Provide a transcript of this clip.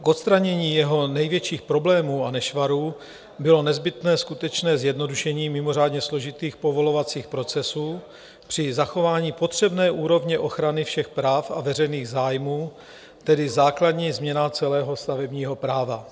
K odstranění jeho největších problémů a nešvarů bylo nezbytné skutečné zjednodušení mimořádně složitých povolovacích procesů při zachování potřebné úrovně ochrany všech práv a veřejných zájmů, tedy základní změna celého stavebního práva.